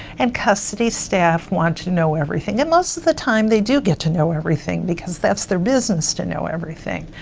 and custody staff wanted to know everything, and most of the time they do get to know everything because that's their business to know everything,